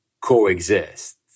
coexist